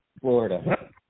Florida